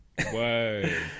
Whoa